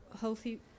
healthy